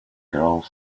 girls